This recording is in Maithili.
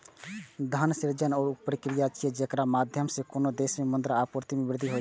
धन सृजन ऊ प्रक्रिया छियै, जेकरा माध्यम सं कोनो देश मे मुद्रा आपूर्ति मे वृद्धि होइ छै